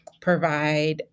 provide